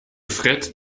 fred